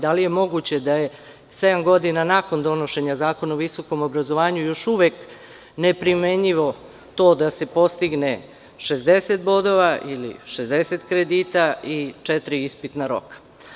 Da li je moguće da sedam godina nakon donošenja Zakona o visokom obrazovanju jejoš uvek neprimenjivo to da se postigne 60 bodova ili 60 kredita i četiri ispitna roka?